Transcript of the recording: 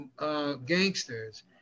gangsters